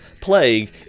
plague